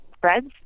breads